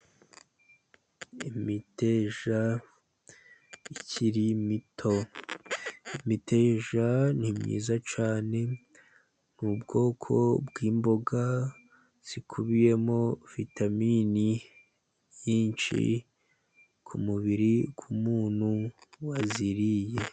Imiteja ikiri mito. Imiteja ni myiza cyane, ni ubwoko bw'imboga zikubiyemo vitamini nyinshi k'umubiri w'umuntu waziriye.